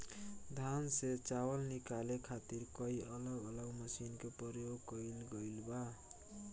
धान से चावल निकाले खातिर कई अलग अलग मशीन के प्रयोग कईल गईल बा